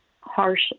harsh